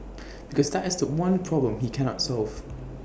because that is The One problem he cannot solve